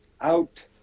out